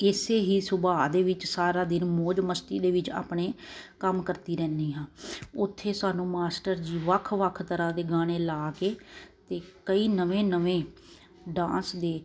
ਇਸ ਹੀ ਸੁਭਾਅ ਦੇ ਵਿੱਚ ਸਾਰਾ ਦਿਨ ਮੌਜ ਮਸਤੀ ਦੇ ਵਿੱਚ ਆਪਣੇ ਕੰਮ ਕਰਦੀ ਰਹਿੰਦੀ ਹਾਂ ਉੱਥੇ ਸਾਨੂੰ ਮਾਸਟਰ ਜੀ ਵੱਖ ਵੱਖ ਤਰ੍ਹਾਂ ਦੇ ਗਾਣੇ ਲਾ ਕੇ ਅਤੇ ਕਈ ਨਵੇਂ ਨਵੇਂ ਡਾਂਸ ਦੇ